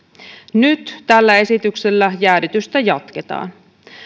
nyt tällä esityksellä jäädytystä jatketaan